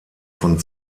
von